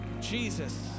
Jesus